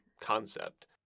concept